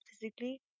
physically